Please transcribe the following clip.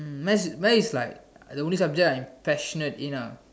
um math math is like the only subject I'm passionate in ah